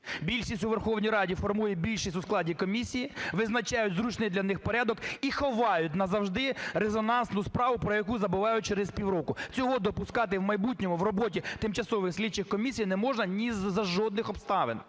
Більшість у Верховній Раді формує більшість у складі комісії. Визначають зручний для них порядок і ховають назавжди резонансну справу, про яку забувають через півроку. Цього допускати в майбутньому в роботі тимчасових слідчих комісій не можна ні за жодних обставин.